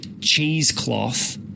cheesecloth